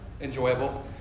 enjoyable